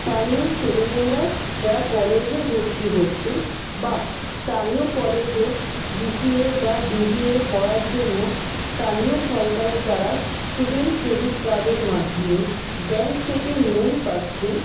স্থানীয় ছেলেমেয়েরা যারা কলেজে ভর্তি হচ্ছেন বা স্থানীয় কলেজে বি সি এ বা বি বি এ পড়ার জন্য স্থানীয় সরকারের দ্বারা স্টুডেন্ট ক্রেডিট কার্ডের মাধ্যমে ব্যাংক থেকে লোন পাচ্ছেন